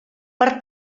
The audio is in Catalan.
per